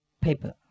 paper